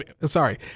sorry